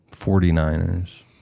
49ers